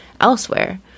elsewhere